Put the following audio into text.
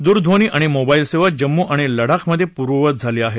दूरध्वनी आणि मोबाईल सेवा जम्मू आणि लडाखमधे पूर्ववत झाली आहे